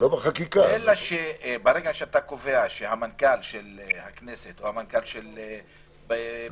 אלא ברגע שאתה קובע שהמנכ"ל של הכנסת --- לא,